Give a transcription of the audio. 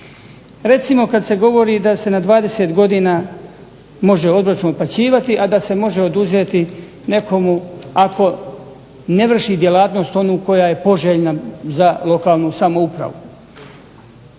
Recimo kada se govori da se na 20 godina može obročno otplaćivati a da se može oduzeti nekomu ako ne vrši djelatnost onu koja je poželjna za lokalnu samoupravu.